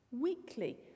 Weekly